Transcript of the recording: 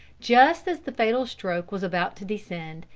just as the fatal stroke was about to descend,